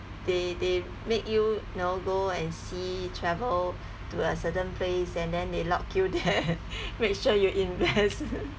they they make you know go and see travel to a certain place and then they lock you there make sure you invest